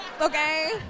Okay